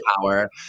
power